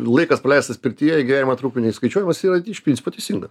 laikas praleistas pirtyje į gyvenimo trukmę neįskaičiuojamas yra iš principo teisingas